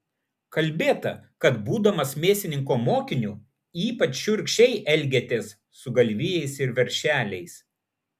kalbėta kad būdamas mėsininko mokiniu ypač šiurkščiai elgėtės su galvijais ir veršeliais